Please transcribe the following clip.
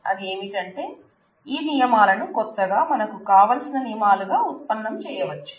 అది ఏమిటంటే ఈ నియమాలను కొత్తగా మనకు కావలసిన నియమాలుగా ఉత్పన్నం చేయవచ్చు